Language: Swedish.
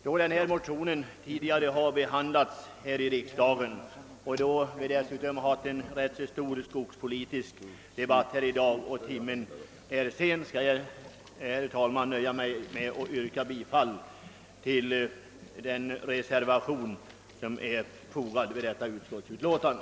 Då denna motion tidigare har behandlats här i riksdagen, och då vi dessutom i dag har haft en lång skogspolitisk debatt och timmen är sen, skall jag, herr talman, nöja mig med att yrka bifall till den reservation som är fogad till detta utskottsutlåtande.